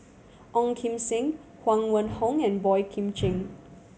Ong Kim Seng Huang Wenhong and Boey Kim Cheng